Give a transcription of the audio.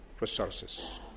resources